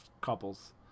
couples